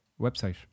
website